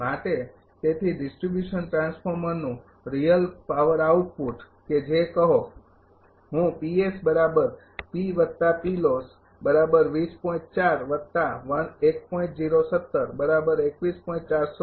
માટે તેથી ડિસ્ટ્રિબ્યુશન ટ્રાન્સફોર્મરનું રિયલ પાવર આઉટપુટ કે જે કહો હું બનાવું છું